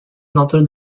notre